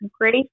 grace